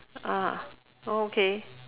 ah oh okay